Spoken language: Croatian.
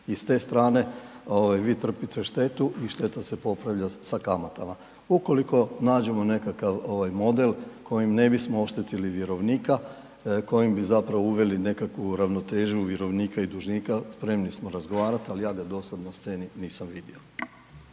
i s te strane vi trpite štetu i štetu se popravlja s kamatama. Ukoliko nađemo nekakav model kojim ne bismo oštetili vjerovnika kojim bi uveli nekakvu ravnotežu vjerovnika i dužnika spremni smo razgovarati, ali ja ga do sada na sceni nisam vidio.